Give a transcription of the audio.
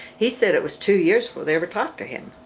he said it was two years before they ever talked to him